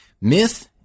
Myth